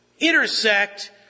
intersect